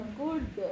good